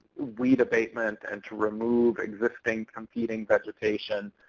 weed abatement and to remove existing competing vegetation.